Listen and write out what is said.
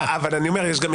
אבל אני אומר,